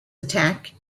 attack